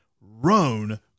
Roan